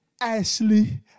Ashley